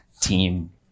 team